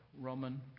Roman